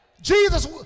Jesus